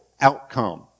outcome